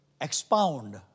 expound